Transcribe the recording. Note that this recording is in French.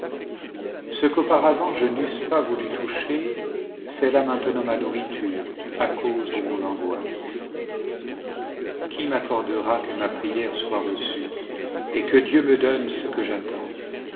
ce qu'auparavant je n'eusse pas voulu toucher c'est là maintenant ma nourriture à cause de mon angoisse qui m'accordera que ma prière soit reçue et que dieu me donne ce que j'attends